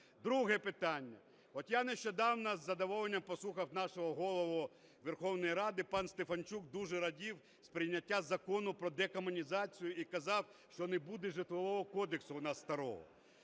Друге питання. От я нещодавно із задоволенням послухав нашого Голову Верховної Ради, пан Стефанчук дуже радів з прийняття Закону про декомунізацію і казав, що не буде Житлового кодексу у нас старого.